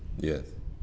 yes